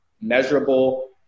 measurable